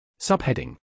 Subheading